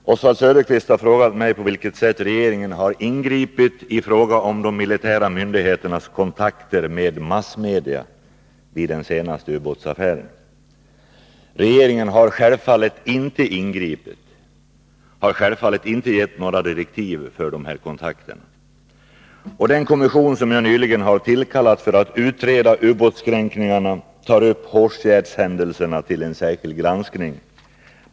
Herr talman! Oswald Söderqvist har frågat mig på vilket sätt regeringen har ingripit i fråga om de militära myndigheternas kontakter med massmedia vid den senaste ubåtsaffären. Regeringen har självfallet inte ingripit eller gett några direktiv för dessa kontakter. Den kommission jag nyligen har tillkallat för att utreda ubåtskränkningarna tar upp Hårsfjärdshändelserna till särskild granskning.